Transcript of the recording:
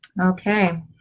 Okay